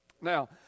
Now